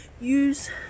use